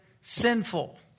sinful